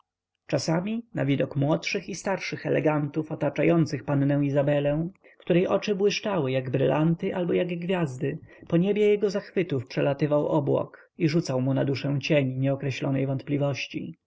czasami na widok młodszych i starszych elegantów otaczających pannę izabelę której oczy błyszczały jak brylanty albo jako gwiazdy po niebie jego zachwytów przelatywał obłok i rzucał mu na duszę cień nieokreślonej wątpliwości